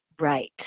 right